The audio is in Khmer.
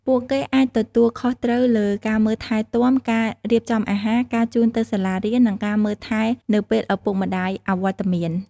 ពួកគេអាចទទួលខុសត្រូវលើការមើលថែទាំ ការរៀបចំអាហារ ការជូនទៅសាលារៀន និងការមើលថែនៅពេលឪពុកម្តាយអវត្តមាន។